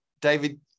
David